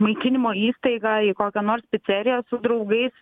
maitinimo įstaigą į kokią nors piceriją su draugais